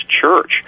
church